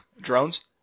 Drones